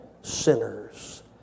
sinners